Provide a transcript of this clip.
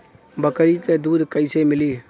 बकरी क दूध कईसे मिली?